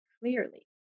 clearly